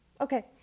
okay